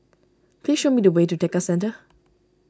please show me the way to Tekka Centre